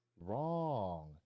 wrong